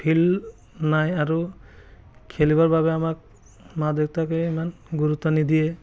field নাই আৰু খেলিবৰ বাবে আমাক মা দেউতাকে ইমান গুৰুত্ব নিদিয়ে